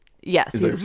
Yes